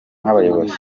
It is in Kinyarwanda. nk’abayobozi